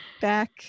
back